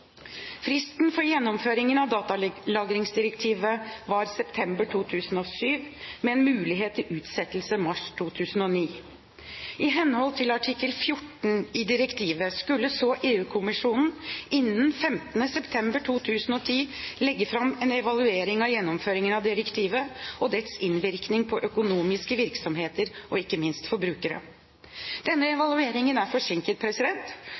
Fristen for gjennomføringen av datalagringsdirektivet var september 2007, men med mulighet til utsettelse til mars 2009. I henhold til artikkel 14 i direktivet skulle så EU-kommisjonen innen 15. september 2010 legge fram en evaluering av gjennomføringen av direktivet og dets innvirkning på økonomiske virksomheter, og ikke minst på forbrukere. Denne evalueringen er forsinket,